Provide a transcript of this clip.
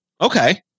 Okay